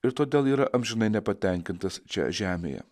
ir todėl yra amžinai nepatenkintas čia žemėje